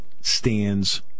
stands